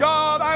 God